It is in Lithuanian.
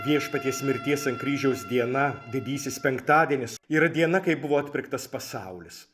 viešpaties mirties ant kryžiaus diena didysis penktadienis yra diena kai buvo atpirktas pasaulis